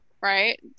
right